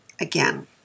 again